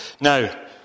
Now